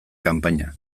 kanpaina